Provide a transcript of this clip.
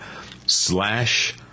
slash